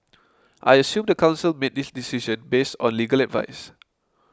I assume the council made this decision based on legal advice